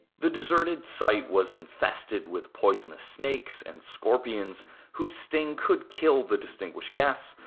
the deserted site was infested with poisonous snakes and scorpions whose sting could kill the distinguished guests,